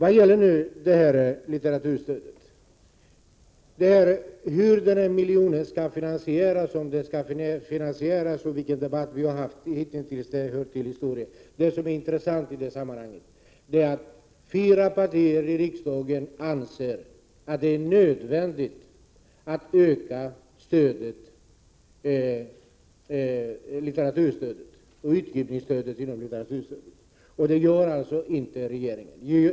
När det gäller litteraturstödet vill jag säga att hur miljonen skall finansieras, om den skall finansieras och vilken debatt vi har haft hittills hör till historien — det som är intressant i sammanhanget är att fyra partier i riksdagen anser att det är nödvändigt att öka litteraturstödet och utgivningsstödet inom litteraturstödet, men det gör inte regeringen.